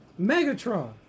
Megatron